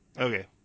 okay